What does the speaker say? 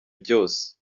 byose